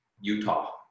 Utah